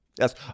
Yes